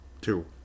Two